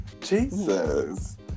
Jesus